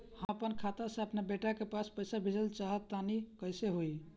हम आपन खाता से आपन बेटा के पास पईसा भेजल चाह तानि कइसे होई?